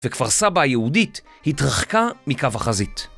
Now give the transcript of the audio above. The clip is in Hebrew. וכפר סבא היהודית התרחקה מקו החזית.